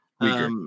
weaker